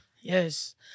Yes